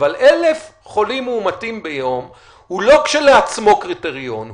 אבל 1,000 חולים מאומתים ביום הוא לכשעצמו קריטריון,